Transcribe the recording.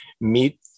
meet